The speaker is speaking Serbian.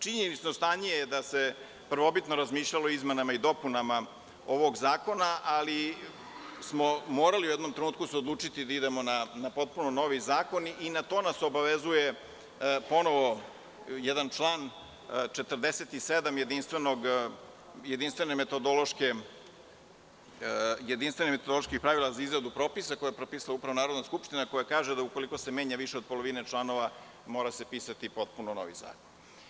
Činjenično stanje je da se prvobitno razmišljalo o izmenama i dopunama ovog zakona, ali smo morali u jednom trenutku da se odlučimo da idemo na jedan potpuno novi zakon i na to nas obavezuje ponovo jedan član 47. jedinstvenih metodoloških pravila za izradu propisa, koje je propisala upravo Narodna skupština, koja kaže da ukoliko se menja više od polovine članova, mora se pisati potpuno novi zakon.